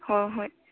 ꯍꯣꯏ ꯍꯣꯏ